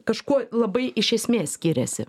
kažkuo labai iš esmės skiriasi